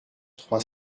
trois